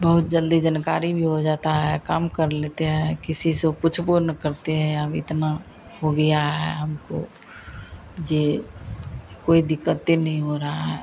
बहुत जल्दी जानकारी भी हो जाती है काम कर लेते हैं किसी से पुछ्बो नहीं करते हैं हम इतना हो गया है हमको जो कोई दिक्कत नहीं हो रही है